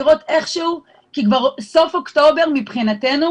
לראות איכשהו, כי סוף אוקטובר מבחינתנו